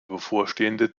bevorstehende